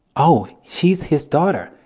oh she's his daughter.